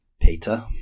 peter